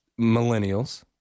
millennials